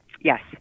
Yes